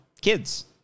Kids